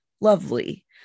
lovely